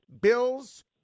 Bills